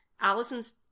Allison's